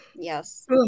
Yes